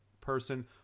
person